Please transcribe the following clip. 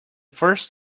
first